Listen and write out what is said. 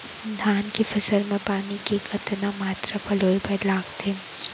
धान के फसल म पानी के कतना मात्रा पलोय बर लागथे?